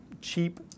cheap